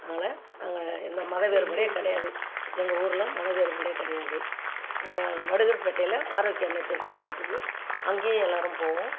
அதனால் நாங்கள் எந்த மத வேறுபாடே கிடையாது எங்கள் ஊரிலும் மத வேறுபாடே கிடையாது வ வடுகர் பேட்டையில் ஆரோக்கிய அன்னை திருத்தலம் இருக்குது அங்கேயும் எல்லோரும் போவோம்